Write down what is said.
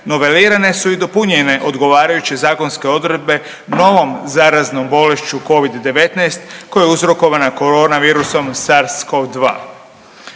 novelirane su i dopunjene odgovarajuće zakonske odredbe novom zaraznom bolešću Covid-19 koja je uzrokovana korona virusom SARS-COV 2.